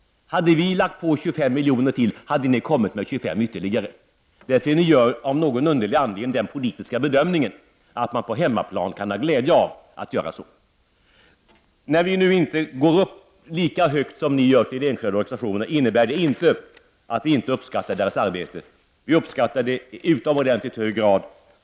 Hade vi lagt på 25 miljoner till, hade ni kommit med 25 miljoner ytterligare. Av någon underlig anledning gör ni den politiska bedömningen att man på hemmaplan kan ha glädje av att göra så. När vi nu inte går lika högt som ni när det gäller anslaget till de enskilda organisationerna, innebär det inte att vi inte uppskattar deras arbete. Vi uppskattar det i utomordentligt hög grad.